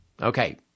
Okay